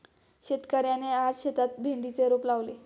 शेतकऱ्याने आज शेतात भेंडीचे रोप लावले